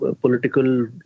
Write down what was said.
political